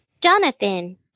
Jonathan